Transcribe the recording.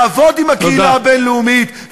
לעבוד עם הקהילה הבין-לאומית,